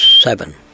seven